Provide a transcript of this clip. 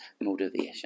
motivation